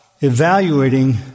evaluating